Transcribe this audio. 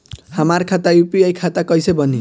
हमार खाता यू.पी.आई खाता कईसे बनी?